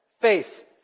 Faith